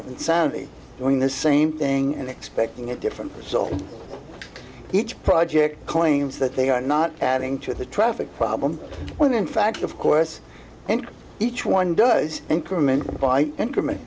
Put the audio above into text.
of insanity doing the same thing and expecting a different result each project claims that they are not adding to the traffic problem when in fact of course and each one does increment by increment